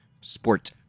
sport